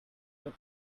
but